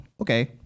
Okay